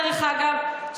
דרך אגב,